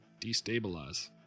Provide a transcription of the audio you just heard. Destabilize